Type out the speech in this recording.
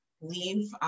leave